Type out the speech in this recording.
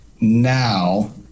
now